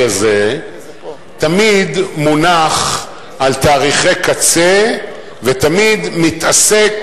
הזה תמיד מונח על תאריכי קצה ותמיד מתעסק,